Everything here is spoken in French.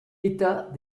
état